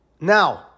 Now